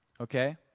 okay